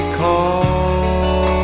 call